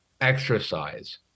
exercise